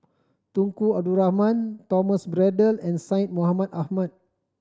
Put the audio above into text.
Tunku Abdul Rahman Thomas Braddell and Syed Mohamed Ahmed